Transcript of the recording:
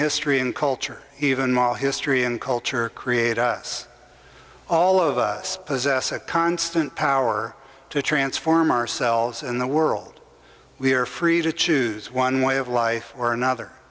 history and culture even while history and culture create us all of us possess a constant power to transform ourselves and the world we are free to choose one way of life or another